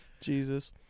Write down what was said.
Jesus